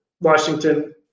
Washington